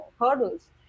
hurdles